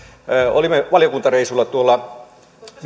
olimme valiokuntareissulla tuolla